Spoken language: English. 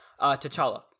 T'Challa